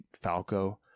Falco